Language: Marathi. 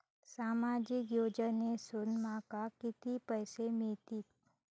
सामाजिक योजनेसून माका किती पैशे मिळतीत?